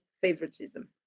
favoritism